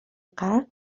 غرق